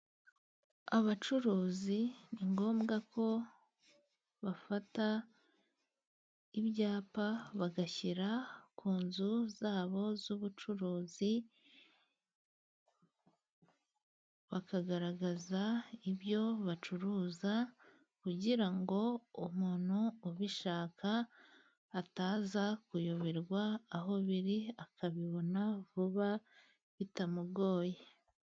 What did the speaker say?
Abacuruzi ni ngombwa ko bafata ibyapa bagashyira ku nzu zabo z'ubucuruzi, bakagaragaza ibyo bacuruza kugira ngo umuntu ubishaka, ataza kuyoberwa aho biri akabibona vuba bitamugoye.